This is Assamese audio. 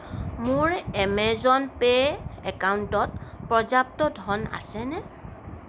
মোৰ এমেজন পে'ৰ একাউণ্টত পৰ্যাপ্ত ধন আছেনে